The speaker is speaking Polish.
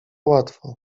łatwo